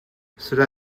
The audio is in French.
cela